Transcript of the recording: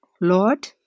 Lord